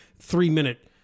Three-minute